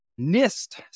NIST